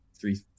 three